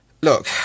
look